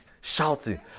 shouting